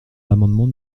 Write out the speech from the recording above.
l’amendement